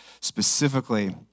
specifically